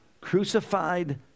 crucified